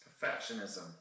perfectionism